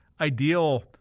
ideal